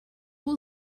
will